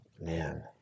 man